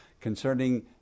concerning